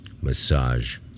massage